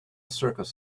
circus